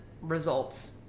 results